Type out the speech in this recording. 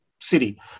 city